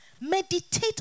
Meditate